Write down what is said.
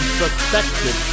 suspected